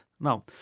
Now